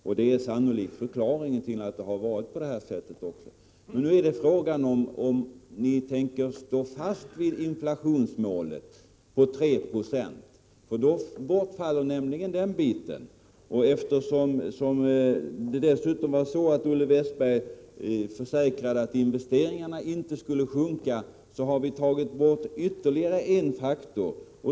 Detta är sannolikt förklaringen till att det har varit på det här sättet. Men nu är frågan om ni tänker stå fast vid inflationsmålet på 3 2. Då bortfaller ju den biten. Och eftersom Olle Westberg dessutom försäkrade att investeringarna inte skulle sjunka, har vi ju tagit bort ytterligare en faktor.